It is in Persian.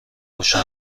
روشن